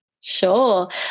Sure